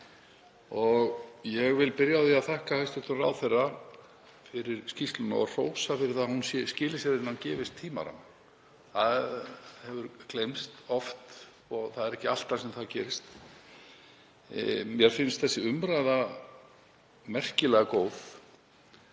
Ég vil byrja á því að þakka hæstv. ráðherra fyrir skýrsluna og hrósa fyrir að hún skili sér innan gefins tímaramma. Það hefur oft gleymst, það er ekki alltaf sem það gerist. Mér finnst þessi umræða merkilega góð.